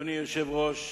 אדוני היושב-ראש,